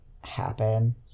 happen